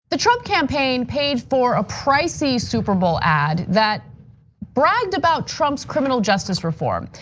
the trump campaign page for a pricey super bowl ad that bragged about trump's criminal justice reform.